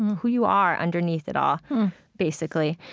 who you are underneath it all basically.